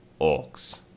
Orcs